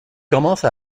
commence